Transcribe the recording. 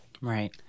Right